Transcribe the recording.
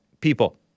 people